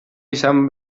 izan